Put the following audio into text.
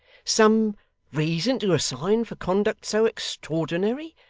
some reason to assign for conduct so extraordinary,